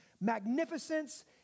magnificence